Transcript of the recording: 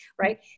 right